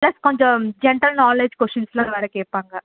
plus கொஞ்சம் general knowledge கொஷின்ஸ்லேருந்து வேறு கேட்பாங்க